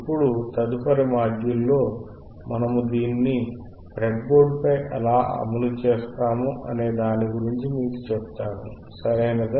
ఇప్పుడు తదుపరి మాడ్యూల్లో మనము దీన్ని బ్రెడ్బోర్డ్లో ఎలా అమలు చేస్తామో అనే దాని గురించి మీకు చెప్తాను సరియైనదా